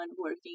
working